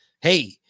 Hey